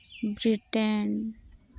Britain